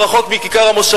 לא רחוק מכיכר-המושבות.